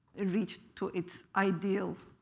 reached to its ideal